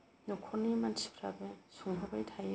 न'खरनि मानसिफोराबो सोंहरबाय थायो